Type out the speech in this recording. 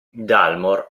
dalmor